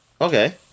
Okay